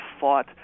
fought